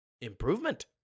improvement